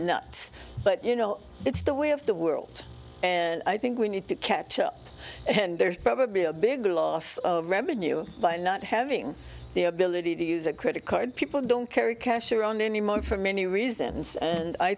nuts but you know it's the way of the world and i think we need to catch up and there's probably a bigger loss of revenue by not having the ability to use a credit card people don't carry cash around anymore for many reasons and i